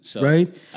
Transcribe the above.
right